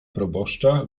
proboszcza